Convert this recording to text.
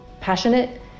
passionate